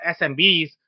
smbs